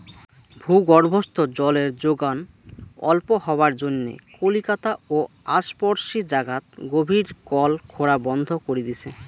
ভূগর্ভস্থ জলের যোগন অল্প হবার জইন্যে কলিকাতা ও আশপরশী জাগাত গভীর কল খোরা বন্ধ করি দিচে